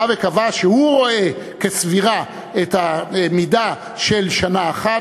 בא וקבע שהוא רואה כסבירה את המידה של שנה אחת,